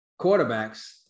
quarterbacks